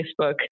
Facebook